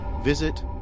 visit